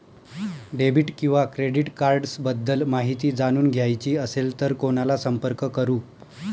Debit किंवा credit cards बद्दल माहिती जाणून घ्यायची असेल तर कोणाला संपर्क करु?